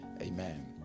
amen